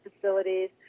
facilities